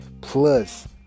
Plus